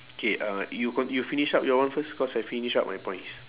K uh you con~ you finish up your one first cause I finish up my points